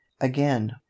again